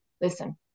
listen